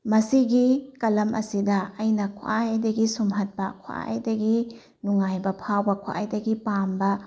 ꯃꯁꯤꯒꯤ ꯀꯂꯝ ꯑꯁꯤꯗ ꯑꯩꯅ ꯈ꯭ꯋꯥꯏꯗꯒꯤ ꯁꯨꯝꯍꯠꯄ ꯈ꯭ꯋꯥꯏꯗꯒꯤ ꯅꯨꯉꯥꯏꯕ ꯐꯥꯎꯕ ꯈ꯭ꯋꯥꯏꯗꯒꯤ ꯄꯥꯝꯕ